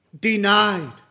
denied